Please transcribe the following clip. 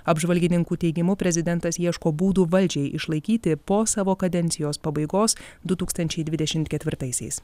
apžvalgininkų teigimu prezidentas ieško būdų valdžiai išlaikyti po savo kadencijos pabaigos du tūkstančiai dvidešimt ketvirtaisiais